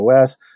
OS